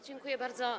Dziękuję bardzo.